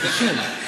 תשב.